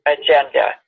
agenda